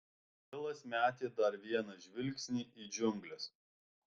vilas metė dar vieną žvilgsnį į džiungles